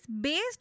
based